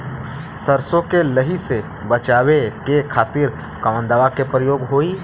सरसो के लही से बचावे के खातिर कवन दवा के प्रयोग होई?